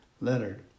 Leonard